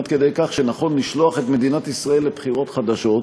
עד כדי כך שנכון לשלוח את מדינת ישראל לבחירות חדשות,